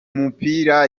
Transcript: mupira